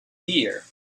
beer